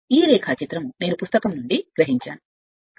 ఈ రేఖాచిత్రం నేను పుస్తకం నుండి తీసిన బొమ్మ నుండి తీసినది